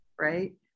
right